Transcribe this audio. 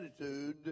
attitude